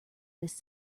this